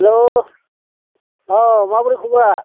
hello औ माबोरै खब'रा